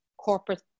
corporate